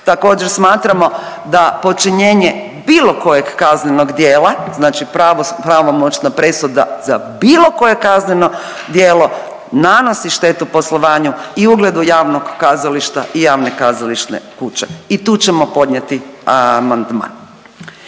Također, smatramo da počinjenje bilo kojeg kaznenog djela, znači pravomoćna presuda za bilo koje kazneno djelo nanosi štetu poslovanju i ugledu javnog kazališta i javne kazališne kuće i tu ćemo podnijeti amandman.